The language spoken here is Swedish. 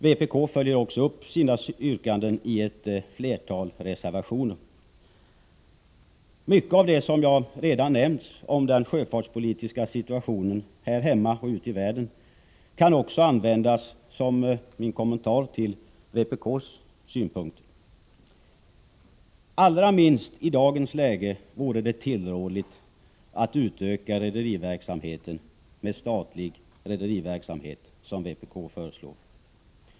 Vpk följer också upp sina yrkanden i ett flertal reservationer. Mycket av det som jag redan har nämnt om den sjöfartspolitiska situationen här hemma och ute i världen kan också användas som min kommentar till vpk:s synpunkter. Allra minst i dagens läge vore det tillrådligt att utöka rederiverksamheten med statlig rederiverksamhet, som vpk föreslår.